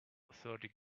thirty